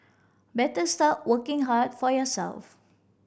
better start working hard for yourself